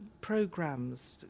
programs